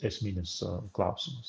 esminis klausimas